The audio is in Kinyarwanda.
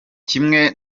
kimwe